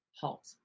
Halt